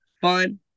Fun